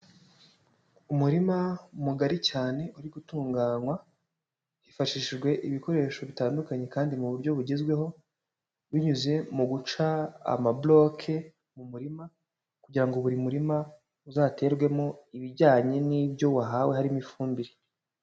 Umurima mugari cyane uri gutunganywa, hifashishijwe ibikoresho bitandukanye kandi mu buryo bugezweho, binyuze mu guca amaburoke mu murima, kugira ngo buri muririma uzaterwemo ibijyanye n'ibyo wahawe harimo ifumbire.